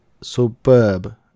superb